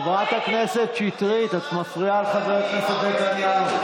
חברת הכנסת שטרית, את מפריעה לחבר הכנסת נתניהו.